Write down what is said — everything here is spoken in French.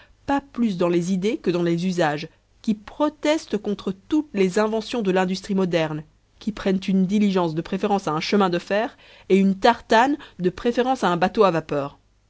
pas plus dans les idées que dans les usages qui protestent contre toutes les inventions de l'industrie moderne qui prennent une diligence de préférence à un chemin de fer et une tartane de préférence à un bateau à vapeur